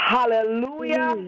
Hallelujah